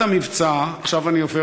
אדוני היושב-ראש, אני מודה